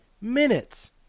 minutes